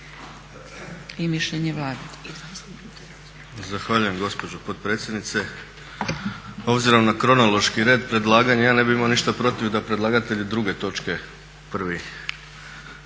i mišljenje Vlade.